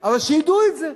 אבל שידעו את זה,